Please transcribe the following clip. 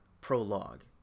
prologue